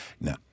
Now